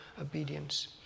obedience